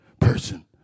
person